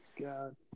God